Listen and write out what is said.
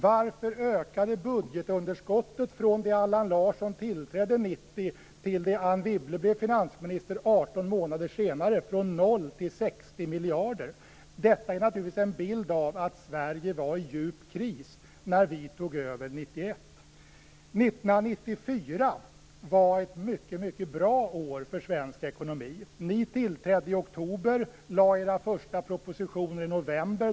Varför ökade budgetunderskottet, från det att Allan Larsson tillträdde 1990 till det att Anne Wibble blev finansminister 18 månader senare, från 0 till 60 miljarder? Detta är naturligtvis en bild av att Sverige var i djup kris när vi tog över 1991. 1994 var ett mycket bra år för svensk ekonomi. Ni tillträdde i oktober och lade fram era första propositioner i november.